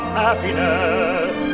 happiness